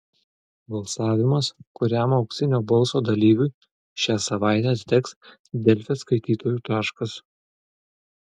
balsavimas kuriam auksinio balso dalyviui šią savaitę atiteks delfi skaitytojų taškas